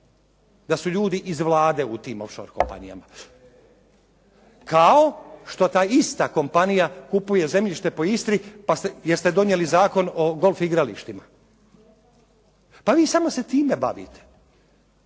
da su ljudi iz Vlade u tim off shore kompanijama kao što ta ista kompanija kupuje zemljište po Istri pa, jeste donijeli Zakon o golf igralištima? Pa vi samo se time bavite.